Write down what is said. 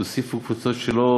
תוסיפו קבוצות שלא